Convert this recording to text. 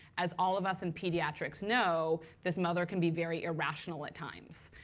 as all of us in pediatrics know, this mother can be very irrational at times.